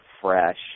fresh